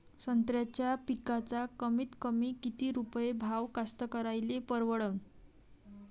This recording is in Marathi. संत्र्याचा पिकाचा कमीतकमी किती रुपये भाव कास्तकाराइले परवडन?